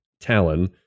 Talon